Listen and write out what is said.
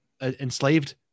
enslaved